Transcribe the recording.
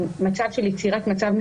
אנחנו בדיון נוסף בהצעת חוק